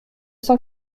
cent